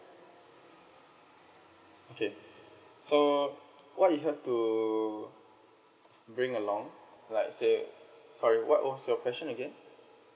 okay so what you have to bring along like say sorry what was your question again